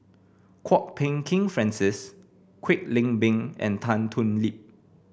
Kwok Peng Kin Francis Kwek Leng Beng and Tan Thoon Lip